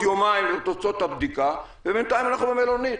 יומיים לתוצאות הבדיקה ובינתיים אנחנו במלונית.